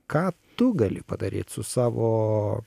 ką tu gali padaryt su savo